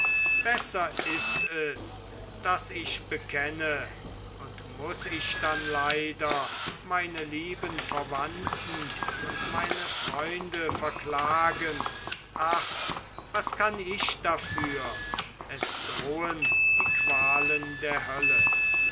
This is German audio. besser ist es daß ich bekenne und muß ich dann leider meine lieben verwandten und meine freunde verklagen ach was kann ich dafür es drohen die qualen der hölle